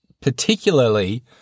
particularly